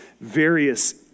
various